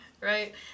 Right